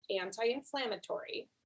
anti-inflammatory